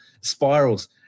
spirals